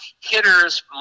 hitters